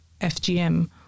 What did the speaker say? fgm